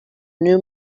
new